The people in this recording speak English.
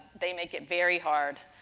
they make it very hard.